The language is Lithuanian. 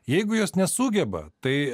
jeigu jos nesugeba tai